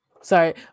sorry